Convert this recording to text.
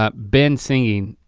ah ben singing,